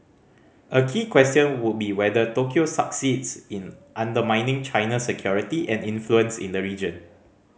a key question would be whether Tokyo succeeds in undermining China's security and influence in the region